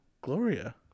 Gloria